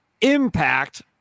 impact